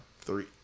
three